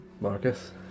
Marcus